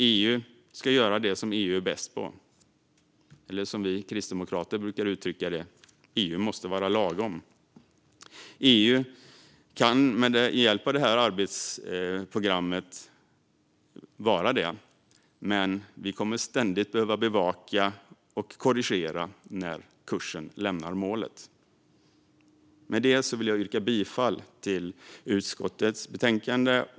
EU ska göra det som EU är bäst på, eller som vi kristdemokrater brukar uttrycka det: EU måste vara lagom. EU kan med hjälp av arbetsprogrammet vara det. Men vi kommer ständigt att behöva bevaka och korrigera när kursen lämnar målet. Med det ställer jag mig bakom utskottets utlåtande.